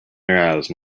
arouse